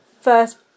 first